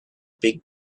big